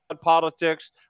politics